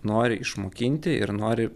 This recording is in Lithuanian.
nori išmokinti ir nori